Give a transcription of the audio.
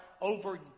over